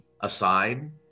aside